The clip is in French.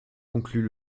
conclue